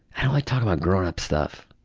i don't like talking about grown up stuff,